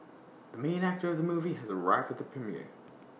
the main actor of the movie has arrived at the premiere